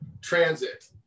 transit